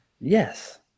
Yes